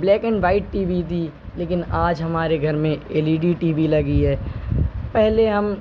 black and white T V تھی لیکن آج ہمارے گھر میں L E D T V لگی ہے پہلے ہم